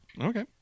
Okay